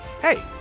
Hey